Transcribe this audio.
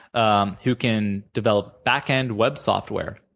um who can develop backend web software,